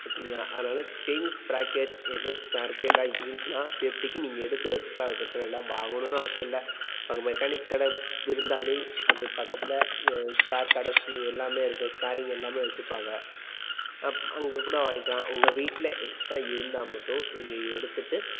ஓகேங்களா அதனால் chain sprocket எதாவது ஸ்பேர்க்கெல்லாம் இருந்துச்சினா சேஃப்டிக்கு நீங்கள் எடுத்து வெச்சுக்கலாம் அது பிரச்சின இல்லை வாங்கணுன்னு அவசியம் இல்லை அங்கே மெக்கானிக் கடை இருந்தாலே அது பக்கத்தில் ஸ்பேர் கடை சி எல்லாமே இருக்கும் ஸ்பேரிங் எல்லாமே வெச்சுருப்பாங்க அப் அங்கே கூட வாங்கிக்கிலாம் உங்க வீட்டில் எக்ஸ்ட்டா இருந்தால் மட்டும் நீங்கள் எடுத்துகிட்டு